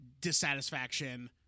dissatisfaction